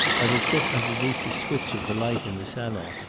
i will sit underneath the switch of the light in the salon.